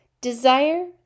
Desire